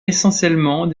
essentiellement